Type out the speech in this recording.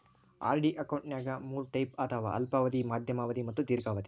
RD ಅಕೌಂಟ್ನ್ಯಾಗ ಮೂರ್ type ಅದಾವ ಅಲ್ಪಾವಧಿ ಮಾಧ್ಯಮ ಅವಧಿ ಮತ್ತ ದೇರ್ಘಾವಧಿ